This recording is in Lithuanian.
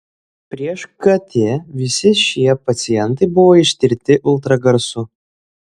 prieš kt visi šie pacientai buvo ištirti ultragarsu